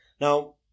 Now